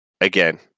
again